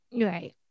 right